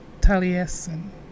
Taliesin